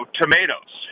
tomatoes